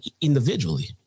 individually